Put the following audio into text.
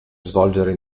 svolgere